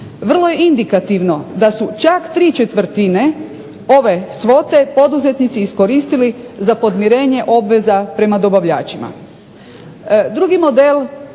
Vrlo je indikativno da su čak ¾ ove svote poduzetnici iskoristili za podmirenje obveza prema dobavljačima.